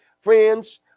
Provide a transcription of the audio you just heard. friends